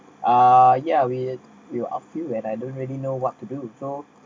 uh yeah we will are few and I don't really know what to do so